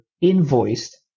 invoiced